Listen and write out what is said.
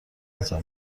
نظر